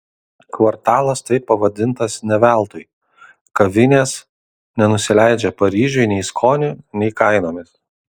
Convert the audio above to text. kvartalas taip pavadintas ne veltui kavinės nenusileidžia paryžiui nei skoniu nei kainomis